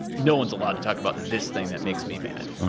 no one's allowed to talk about this thing that makes me mad.